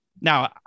Now